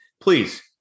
Please